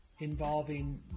involving